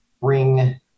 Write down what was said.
bring